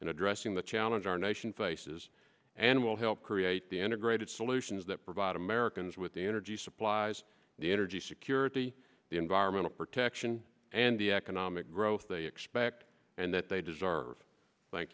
in addressing the challenge our nation faces and will help create the enter graded solutions that provide americans with the energy supplies the energy security the environmental protection and the economic growth they expect and that they deserve thank